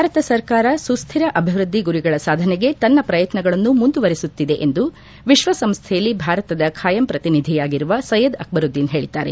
ಭಾರತ ಸರ್ಕಾರ ಸುಸ್ವರ ಅಭಿವೃದ್ದಿ ಗುರಿಗಳ ಸಾಧನೆಗೆ ತನ್ನ ಪ್ರಯತ್ನಗಳನ್ನು ಮುಂದುವರೆಸುತ್ತಿದೆ ಎಂದು ವಿಶ್ವಸಂಸ್ವೆಯಲ್ಲಿ ಭಾರತದ ಖಾಯಂ ಪ್ರತಿನಿಧಿಯಾಗಿರುವ ಸಯ್ಟದ್ ಅಕ್ಷರುದ್ದೀನ್ ಹೇಳಿದ್ದಾರೆ